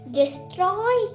destroy